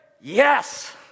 yes